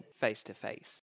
face-to-face